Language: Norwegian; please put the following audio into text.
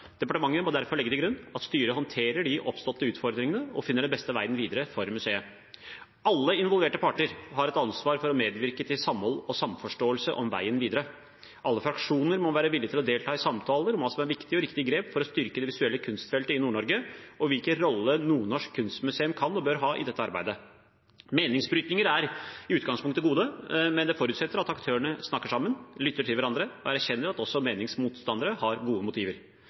Departementet må derfor legge til grunn at styret håndterer de oppståtte utfordringene og finner den beste veien videre for museet. Alle involverte parter har et ansvar for å medvirke til samhold og samforståelse om veien videre. Alle fraksjoner må være villige til å delta i samtaler om hva som er viktige og riktige grep for å styrke det visuelle kunstfeltet i Nord-Norge, og hvilken rolle Nordnorsk Kunstmuseum kan og bør ha i dette arbeidet. Meningsbrytninger er i utgangspunktet et gode, men det forutsetter at aktørene snakker sammen, lytter til hverandre og erkjenner at også meningsmotstandere har gode motiver.